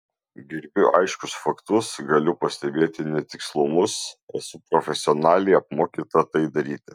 gerbiu aiškius faktus galiu pastebėti netikslumus esu profesionaliai apmokyta tai daryti